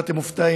אם אתם מופתעים,